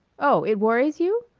oh, it worries you?